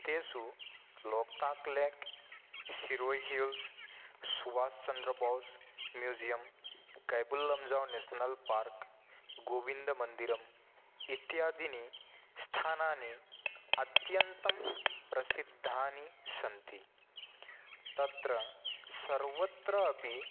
तेषु Loktak lake Siroi hills Subhas Chandra Bose museum Keibul Lamjao national park गोविन्दमन्दिरम् इत्यादीनि स्थानानि अत्यन्तं प्रसिद्धानि सन्ति तत्र सर्वत्र अपि